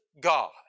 God